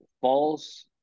false